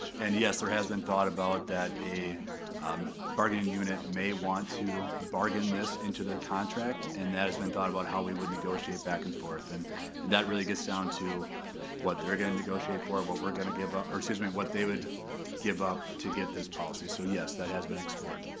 and yes there has been thought about that a bargaining unit may want to bargain this into their contract and that has been thought about how we would negotiate back and forth, and and that really gets down to what they're gonna negotiate for, what we're gonna give up, or excuse me, what they would give up to get this policy, so yes, that has been explored.